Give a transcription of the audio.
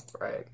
right